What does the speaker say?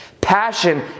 Passion